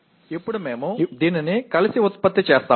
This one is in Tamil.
இப்போது இதை ஒன்றாக உருவாக்குகிறோம்